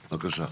בבקשה.